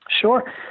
Sure